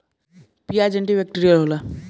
पियाज anti bacterial होला